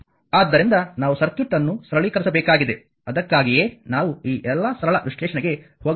ಆದ್ದರಿಂದ ನಾವು ಸರ್ಕ್ಯೂಟ್ ಅನ್ನು ಸರಳೀಕರಿಸಬೇಕಾಗಿದೆ ಅದಕ್ಕಾಗಿಯೇ ನಾವು ಈ ಎಲ್ಲಾ ಸರಳ ವಿಶ್ಲೇಷಣೆಗೆ ಹೋಗಬೇಕಾಗಿದೆ